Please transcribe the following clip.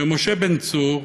משה בן צור,